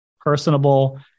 personable